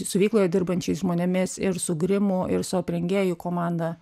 siuvykloje dirbančiais žmonėmis ir su grimu ir su aprengėjų komanda